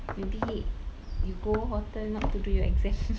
maybe you go hotel not to do your exam